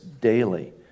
daily